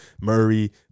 Murray